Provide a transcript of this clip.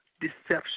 deception